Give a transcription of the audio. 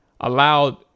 allowed